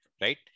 right